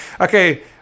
okay